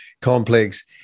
complex